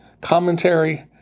commentary